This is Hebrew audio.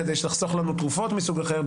כדי לחסוך לנו תרופות מסוג אחר,